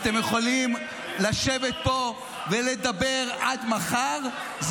אתם יכולים לשבת פה ולדבר עד מחר,